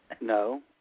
no